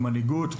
מנהיגות,